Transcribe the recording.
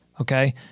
Okay